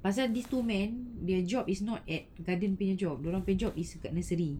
pasal these two men their job is not at garden punya job dia orang punya job is dekat nursery